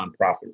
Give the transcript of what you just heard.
nonprofit